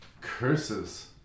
Curses